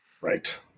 Right